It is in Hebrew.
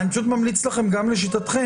אני פשוט ממליץ לכם גם לשיטתכם,